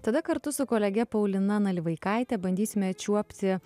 tada kartu su kolege paulina nalivaikaitė bandysime čiuopti